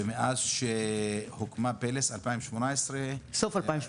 ומאז שהוקמה פלס בסוף 2018